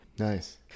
Nice